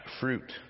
fruit